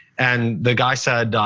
and the guy said,